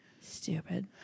stupid